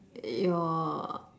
your